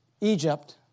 Egypt